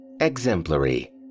Exemplary